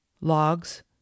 logs